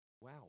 Wow